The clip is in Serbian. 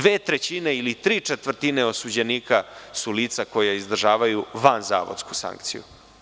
Dve trećine ili tri četvrtine osuđenika su lica koja izdržavaju vanzavodsku sankciju.